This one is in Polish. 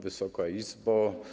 Wysoka Izbo!